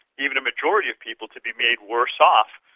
even a majority of people, to be made worse off,